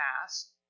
past